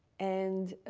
and